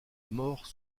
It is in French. mort